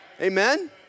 Amen